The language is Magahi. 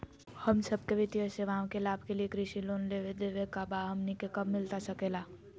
हम सबके वित्तीय सेवाएं के लाभ के लिए कृषि लोन देवे लेवे का बा, हमनी के कब मिलता सके ला?